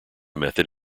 method